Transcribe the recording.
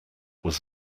was